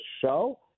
show